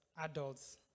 adults